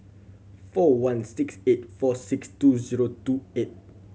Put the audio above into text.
four one six eight four six two zero two eight